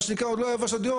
מה שנקרא, עוד לא יבש הדיו.